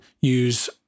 use